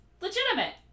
legitimate